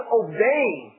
obeying